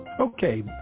Okay